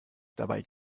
dabei